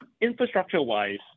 infrastructure-wise